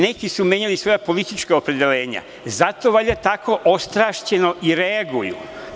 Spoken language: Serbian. Neki su menjali svoja politička opredeljenja, zato valjda tako ostrašćeno i reaguju.